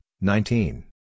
nineteen